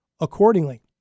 Accordingly